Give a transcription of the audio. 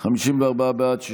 60 נגד.